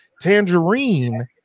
Tangerine